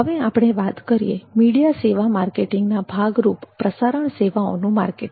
હવે આપણે વાત કરીએ મીડિયા સેવા માર્કેટિંગના ભાગરૂપ પ્રસારણ સેવાઓનું માર્કેટિંગ